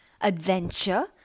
adventure